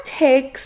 takes